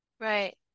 right